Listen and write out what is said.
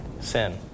Sin